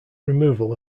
removal